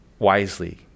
wisely